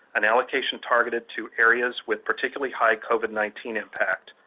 an allocation targeted to areas with particularly high covid nineteen impact,